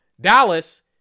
Dallas